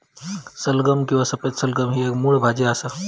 सलगम किंवा सफेद सलगम ही एक मुळ भाजी असा